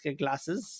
glasses